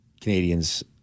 Canadians